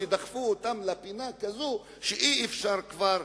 שדחפו אותם לפינה כזאת שאי-אפשר כבר.